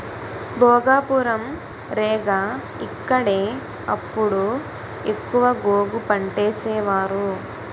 భోగాపురం, రేగ ఇక్కడే అప్పుడు ఎక్కువ గోగు పంటేసేవారు